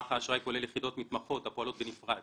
מערך האשראי כולל יחידות מתמחות הפועלות בנפרד